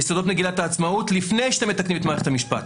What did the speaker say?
יסודות מגילת העצמאות לפני שאתם מתקנים את מערכת המשפט.